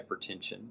hypertension